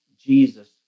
Jesus